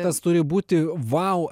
tas turi būti vau